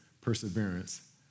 perseverance